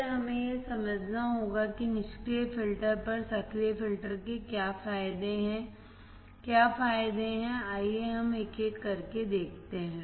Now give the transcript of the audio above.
फिर हमें यह समझना होगा कि निष्क्रिय फिल्टर पर सक्रिय फिल्टर के क्या फायदे हैं क्या फायदे हैं आइए हम एक एक करके देखते हैं